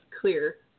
clear